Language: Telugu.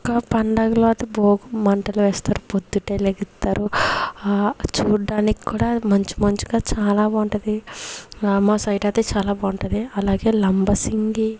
ఒక్క పండుగలో అటు భోగు మంటలు వేస్తారు పొద్దుటే లేగుత్తారు చూడ్డానికి కూడా మంచు మంచుగా చాలా బాగుంటది మా సైడ్ అయితే చాలా బాగుంటది అలాగే లంబసింగి అరుకు